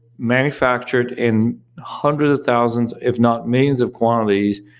manufactured in hundreds of thousands, if not millions of quantities,